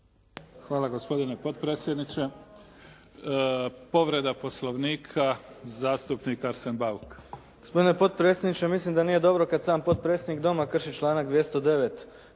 Hvala gospodine potpredsjedniče. Povreda Poslovnika zastupnik Arsen Bauk. **Bauk, Arsen (SDP)** Gospodine potpredsjedniče ja mislim da nije dobro kad sam potpredsjednik Doma krši članak 209.